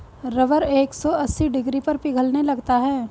rubber एक सौ अस्सी डिग्री पर पिघलने लगता है